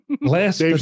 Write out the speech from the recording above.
Last